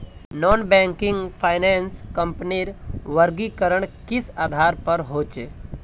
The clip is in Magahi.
नॉन बैंकिंग फाइनांस कंपनीर वर्गीकरण किस आधार पर होचे?